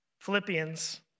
Philippians